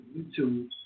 YouTube